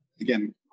again